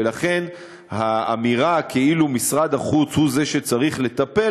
ולכן האמירה כאילו משרד החוץ הוא זה שצריך לטפל,